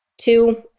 two